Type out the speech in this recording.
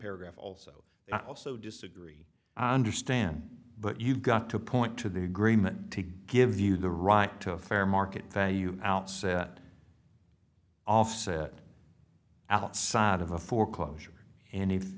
paragraph also i also disagree understandings but you've got to point to the agreement to give you the right to fair market value out say that offset outside of a foreclosure and if